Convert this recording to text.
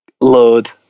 load